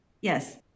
Yes